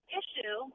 issue